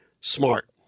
smart